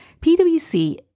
PwC